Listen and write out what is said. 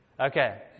Okay